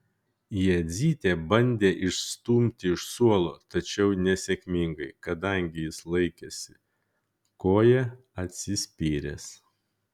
jadzytė bandė išstumti iš suolo tačiau nesėkmingai kadangi jis laikėsi koja atsispyręs